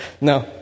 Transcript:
no